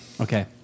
Okay